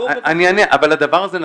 אבל הדבר הזה,